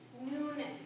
newness